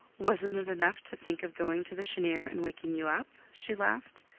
wasn't it enough to think of going to the cheniere and waking you up? she laughed.